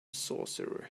sorcerer